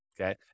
okay